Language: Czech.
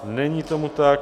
Není tomu tak.